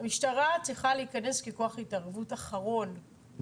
המשטרה צריכה להיכנס ככוח התערבות אחרון.